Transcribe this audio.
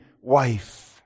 wife